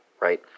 right